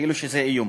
כאילו שזה איום.